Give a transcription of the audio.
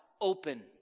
Open